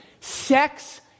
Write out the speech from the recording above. Sex